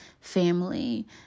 family